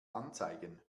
anzeigen